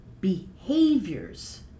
behaviors